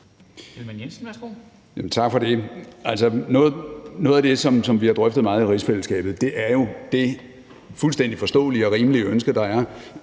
Tak for det. Noget af det, som bliver drøftet meget i rigsfællesskabet, er det fuldstændig forståelige og rimelige ønske, der er